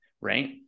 Right